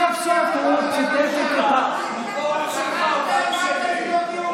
סוף-סוף הוא ציטט את --- שכחתם מה זה להיות יהודים.